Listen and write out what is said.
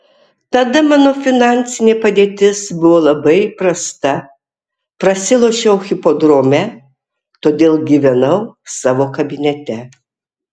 tada mano finansinė padėtis buvo labai prasta prasilošiau hipodrome todėl gyvenau savo kabinete